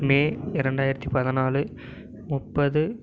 மே இரண்டாயிரத்து பதினாலு முப்பது